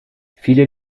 viele